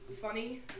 funny